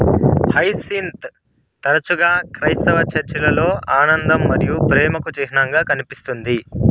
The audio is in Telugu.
హైసింత్ తరచుగా క్రైస్తవ చర్చిలలో ఆనందం మరియు ప్రేమకు చిహ్నంగా కనిపిస్తుంది